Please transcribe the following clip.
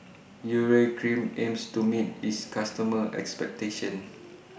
Urea Cream aims to meet its customers' expectations